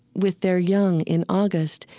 with their young in august,